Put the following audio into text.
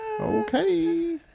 Okay